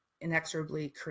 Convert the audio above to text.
inexorably